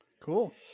Cool